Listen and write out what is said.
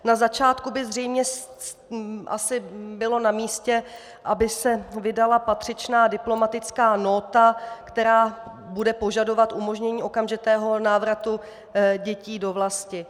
Na začátku by zřejmě asi bylo namístě, aby se vydala patřičná diplomatická nóta, která bude požadovat umožnění okamžitého návratu dětí do vlasti.